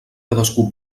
cadascú